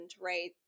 right